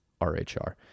RHR